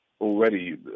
already